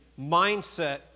mindset